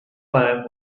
clam